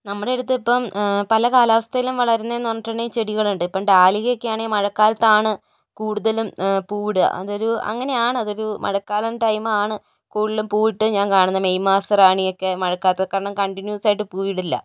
നമ്മുടെ അടുത്തിപ്പോൾ പല കാലാവസ്ഥയിലും വളരുന്നത് എന്ന് പറഞ്ഞിട്ടുള്ള ചെടികളുണ്ട് ഇപ്പോൾ ഡാലിയയൊക്കെ ആണെങ്കിൽ മഴക്കാലത്താണ് കൂടുതലും പൂവിടുക അതൊരു അങ്ങനെയാണ് അതൊരു മഴക്കാലം ടൈമാണ് കൂടുതലും പൂവിട്ട് ഞാന് കാണുന്നത് മെയ്മാസ റാണിയൊക്കെ മഴക്കാലത്താണ് കാരണം കണ്ടിന്യൂസായിട്ട് പൂവിടില്ല